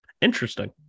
Interesting